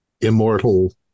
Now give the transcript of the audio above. immortal